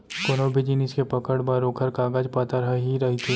कोनो भी जिनिस के पकड़ बर ओखर कागज पातर ह ही रहिथे